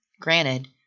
granted